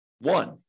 one